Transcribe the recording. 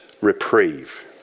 reprieve